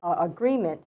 agreement